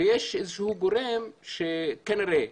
ויש גורם שכנראה,